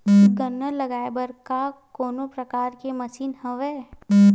गन्ना लगाये बर का कोनो प्रकार के मशीन हवय?